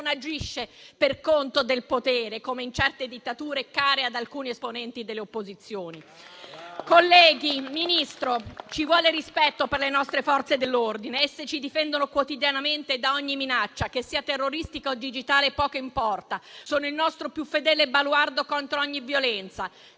agisce per conto del potere, come in certe dittature care ad alcuni esponenti delle opposizioni. Colleghi, signor Ministro, ci vuole rispetto per le nostre Forze dell'ordine, che ci difendono quotidianamente da ogni minaccia: che sia terroristica o digitale poco importa, sono il nostro più fedele baluardo contro ogni violenza.